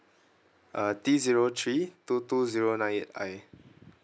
uh D zero three two two zero nine eight I